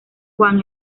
juan